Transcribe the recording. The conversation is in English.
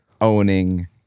owning